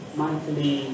monthly